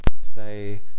say